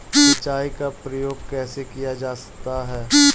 सिंचाई का प्रयोग कैसे किया जाता है?